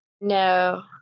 No